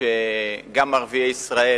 שגם ערביי ישראל